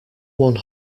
one